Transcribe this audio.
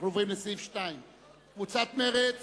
אנחנו עוברים לסעיף 2. הסתייגות קבוצת מרצ